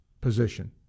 position